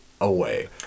away